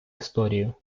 історію